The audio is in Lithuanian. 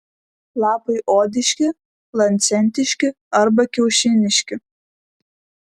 lapai odiški lancetiški arba kiaušiniški